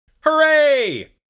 Hooray